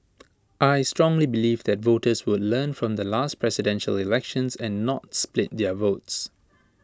I strongly believe that voters would learn from the last Presidential Elections and not split their votes